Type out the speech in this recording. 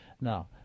now